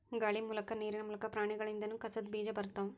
ಗಾಳಿ ಮೂಲಕಾ ನೇರಿನ ಮೂಲಕಾ, ಪ್ರಾಣಿಗಳಿಂದನು ಕಸದ ಬೇಜಾ ಬರತಾವ